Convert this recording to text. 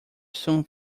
soon